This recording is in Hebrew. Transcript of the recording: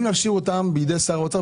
אם נשאיר אותן בידי שר האוצר,